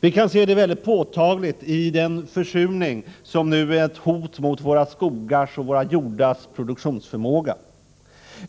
Vi kan se det väldigt påtagligt i den försurning som nu är ett hot mot våra skogars och våra jordars produktionsförmåga.